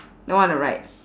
the one on the right